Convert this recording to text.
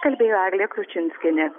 kalbėjo eglė kručinskienė